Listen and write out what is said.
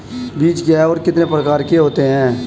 बीज क्या है और कितने प्रकार के होते हैं?